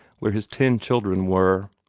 where his ten children were.